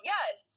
Yes